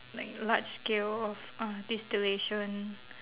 like large scale of uh distillation